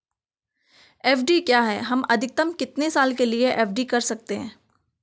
FD क्या है हम अधिकतम कितने साल के लिए एफ.डी कर सकते हैं?